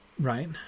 right